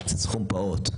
זה סכום פעוט.